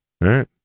right